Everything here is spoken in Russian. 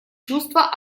чувства